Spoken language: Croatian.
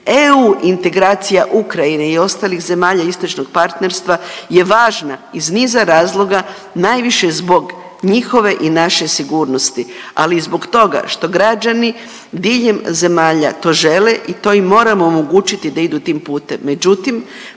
EU integracija Ukrajine i ostalih zemalja istočnog partnerstva je važna iz niza razloga, najviše zbog njihove i naše sigurnosti, ali i zbog toga što građani diljem zemalja to žele i to im moramo omogućiti da idu tim putem,